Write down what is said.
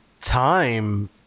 time